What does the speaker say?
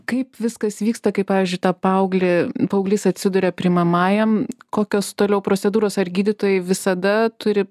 kaip viskas vyksta kaip pavyzdžiui tą paauglį paauglys atsiduria priimamajam kokios toliau procedūros ar gydytojai visada turi